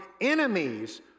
enemies